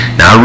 Now